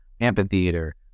amphitheater